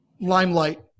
limelight